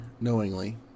knowingly